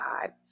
God